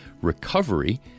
recovery